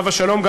עליו השלום,